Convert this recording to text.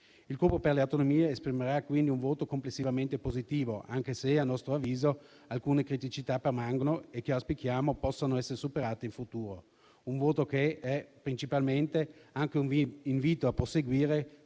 Il Gruppo per le Autonomie esprimerà quindi un voto complessivamente positivo, anche se a nostro avviso permangono alcune criticità che auspichiamo possano essere superate in futuro. Il nostro voto è principalmente anche un invito a proseguire